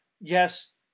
yes